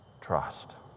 Trust